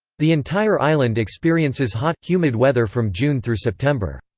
the entire island experiences hot, humid weather from june through september.